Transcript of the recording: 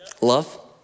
love